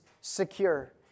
secure